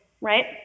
right